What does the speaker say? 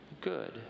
good